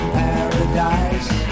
paradise